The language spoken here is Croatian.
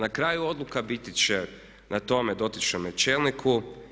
Na kraj odluka biti će na tome dotičnome čelniku.